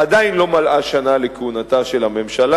עדיין לא מלאה שנה לכהונתה של הממשלה.